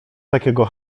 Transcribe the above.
takiego